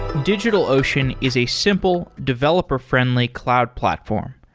digitalocean is a simple, developer friendly cloud platform.